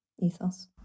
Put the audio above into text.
ethos